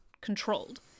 controlled